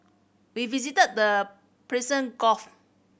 we visited the Persian Gulf